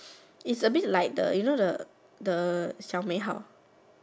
is a bit like the you know the the 小美好